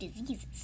diseases